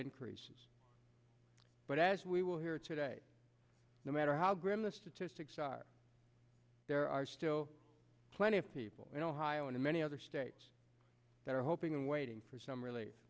increases but as we will hear today no matter how grim the statistics are there are still plenty of people in ohio and many other states that are hoping and waiting for some really